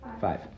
five